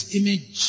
image